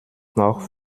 noch